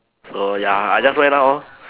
so ya I just went out lor